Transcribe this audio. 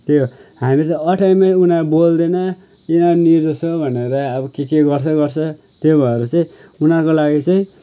त्यही हो हामीले अँठ्याइमै उनीहरू बोल्दैन उनीहरू निर्दोष हो भनेर के के गर्छ गर्छ त्यही भएर चाहिँ उनीहरूको लागि चाहिँ